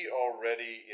already